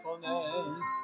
faithfulness